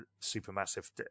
Supermassive